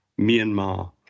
Myanmar